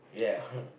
yeah